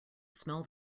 smell